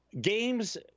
games